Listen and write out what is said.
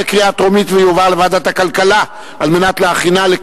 התש"ע 2010, לוועדת הכלכלה נתקבלה.